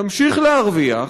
תמשיך להרוויח,